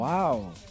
Wow